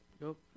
Nope